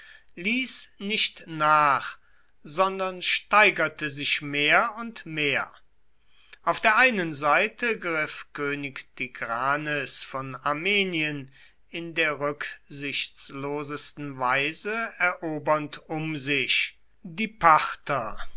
ließ nicht nach sondern steigerte sich mehr und mehr auf der einen seite griff könig tigranes von armenien in der rücksichtslosesten weise erobernd um sich die parther